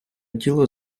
діло